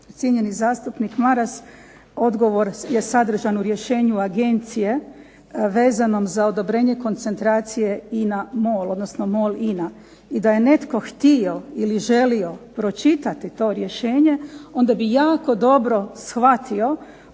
cijenjeni zastupnik Maras odgovor je sadržan u rješenju agencije vezanom za odobrenje koncentracije INA-MOL, odnosno MOL-INA. I da je netko htio ili želio pročitati to rješenje onda bi jako dobro shvatio